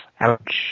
Ouch